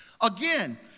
again